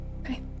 okay